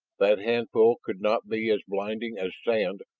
that handful could not be as blinding as sand,